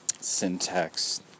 syntax